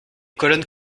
colonnes